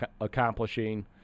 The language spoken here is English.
accomplishing